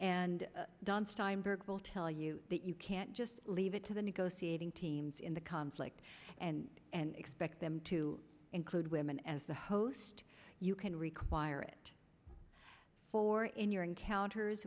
and don steinberg will tell you that you can't just leave it to the negotiating teams in the conflict and and expect them to include women as the host you can require it for in your encounters